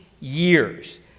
years